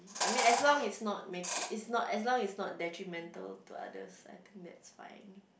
I mean as long it's not making it's not as long it's not detrimental to others I think that's fine